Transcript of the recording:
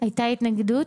הייתה התנגדות?